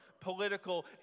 political